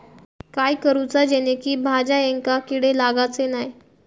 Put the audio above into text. काय करूचा जेणेकी भाजायेंका किडे लागाचे नाय?